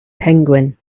penguin